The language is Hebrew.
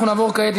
אנחנו נעבור כעת,